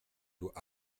doit